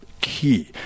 key